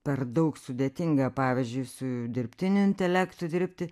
per daug sudėtinga pavyzdžiui su dirbtiniu intelektu dirbti